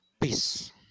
peace